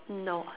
no